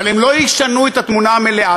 אבל הם לא ישנו את התמונה המלאה.